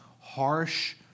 harsh